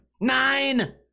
Nine